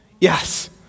Yes